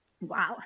wow